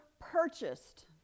purchased